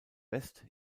west